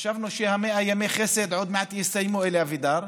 חשבנו ש-100 ימי החסד עוד מעט יסתיימו, אלי אבידר,